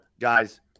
guys